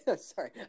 Sorry